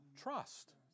Trust